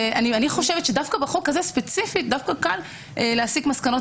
דווקא כאן בחוק הזה ספציפי להסיק מסקנות